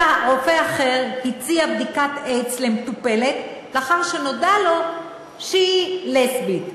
רופא אחד הציע בדיקת איידס למטופלת לאחר שנודע לו שהיא לסבית.